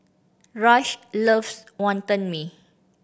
Rush loves Wonton Mee